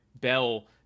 bell